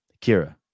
Kira